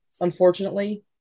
unfortunately